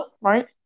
right